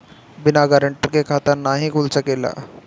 बिना गारंटर के खाता नाहीं खुल सकेला?